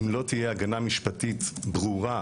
אם לא תהיה הגנה משפטית ברורה,